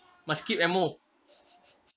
must skip emo